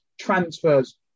transfers